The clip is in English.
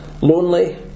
lonely